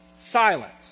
silence